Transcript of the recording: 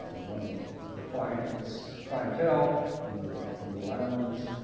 one of the clients clientele from the from the lounge